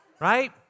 right